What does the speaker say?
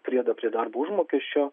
priedo prie darbo užmokesčio